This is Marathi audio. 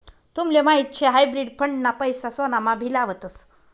तुमले माहीत शे हायब्रिड फंड ना पैसा सोनामा भी लावतस